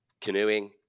canoeing